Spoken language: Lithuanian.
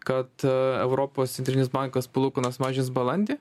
kad europos centrinis bankas palūkanas mažins balandį